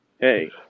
hey